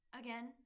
again